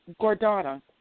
Gordana